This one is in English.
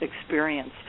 experience